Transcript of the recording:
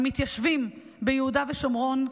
המתיישבים ביהודה ושומרון,